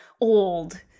old